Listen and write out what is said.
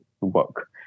work